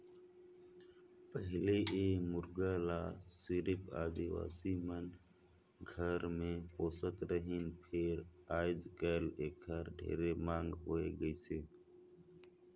पहिले ए मुरगा ल सिरिफ आदिवासी मन घर मे पोसत रहिन फेर आयज कायल एखर ढेरे मांग होय गइसे